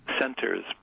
centers